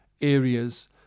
areas